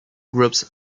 groups